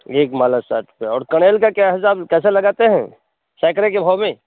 एक माला साठ रुपया और कनेल का क्या हिसाब कैसे लगाते हैं सैकड़े के भाव में